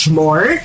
more